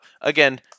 Again